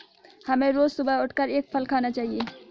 हमें रोज सुबह उठकर एक फल खाना चाहिए